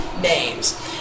names